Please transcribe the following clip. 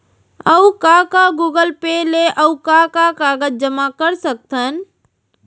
अऊ का का गूगल पे ले अऊ का का जामा कर सकथन?